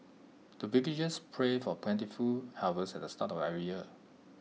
the villagers pray for plentiful harvest at the start of every year